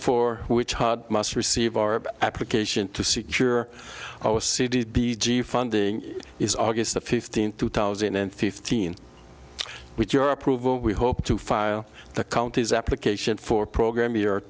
for which i must receive our application to secure our c d b g funding is august the fifteenth two thousand and fifteen with your approval we hope to file the county's application for program year